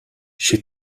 she